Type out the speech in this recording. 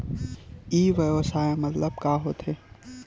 ई व्यवसाय मतलब का होथे?